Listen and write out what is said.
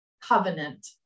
covenant